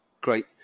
Great